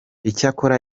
icyakora